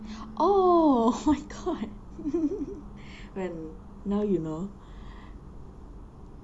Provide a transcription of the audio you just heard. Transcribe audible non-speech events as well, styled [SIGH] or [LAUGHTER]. oh [LAUGHS] funny now you know